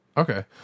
Okay